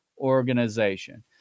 organization